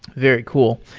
very cool.